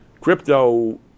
Crypto